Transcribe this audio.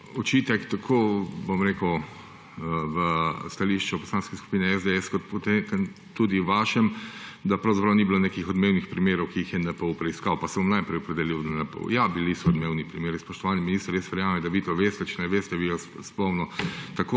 me je zbodel očitek v stališču Poslanske skupine SDS kot potem tudi v vašem, da pravzaprav ni bilo nekih odmevnih primerov, ki jih je NPU preiskal. Pa se bom najprej opredelil do NPU. Ja, bili so odmevni primeri. Spoštovani minister, jaz verjamem, da vi to veste. Če ne veste, bi vas spomnil,